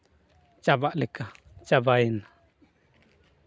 ᱪᱟᱵᱟᱜ ᱞᱮᱠᱟ ᱪᱟᱵᱟᱭᱮᱱᱟ